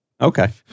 Okay